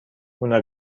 una